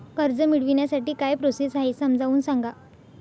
कर्ज मिळविण्यासाठी काय प्रोसेस आहे समजावून सांगा